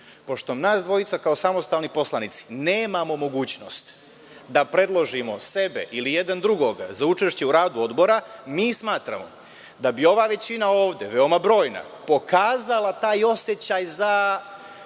nas dvojica kao samostalni poslanici nemamo mogućnost da predložimo sebe ili jedan drugoga za učešće u radu odbora mi smatramo da bi ova većina ovde, veoma brojna, pokazala taj osećaj za